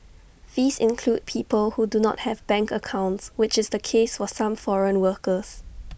these include people who do not have bank accounts which is the case for some foreign workers